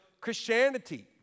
Christianity